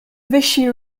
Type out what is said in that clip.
vichy